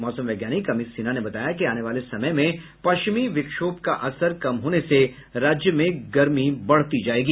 मौसम वैज्ञानिक अमित सिन्हा ने बताया कि आने वाले समय में पश्चिमी विक्षोभ का असर कम होने से राज्य में गर्मी बढ़ती जायेगी